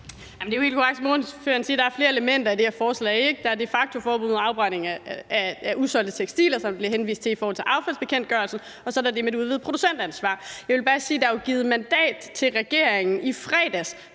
som ordføreren siger, at der er flere elementer i det her forslag: Der er det de facto-forbud mod afbrænding af usolgte tekstiler, som der bliver henvist til i forhold til affaldsbekendtgørelsen, og så er der det med det udvidede producentansvar. Jeg vil bare sige, at der jo er givet mandat til regeringen i fredags